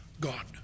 God